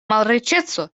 malriĉeco